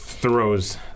Throws